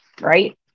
right